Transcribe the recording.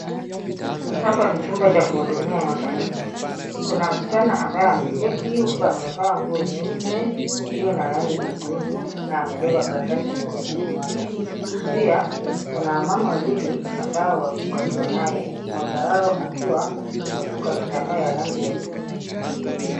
Hapa ni chumba cha kuhudumia wananchi. Kuna msichana ambaye ameketi huku amevaa nguo nyeupe iliyo na rangi nyekundu na amebeba karatasi mkononi mwake. Pia kuna wamama wawili ambao wako karibu nae mmoja wao akiwa amefunga kitambaa cha rangi ya buluu.